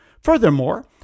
Furthermore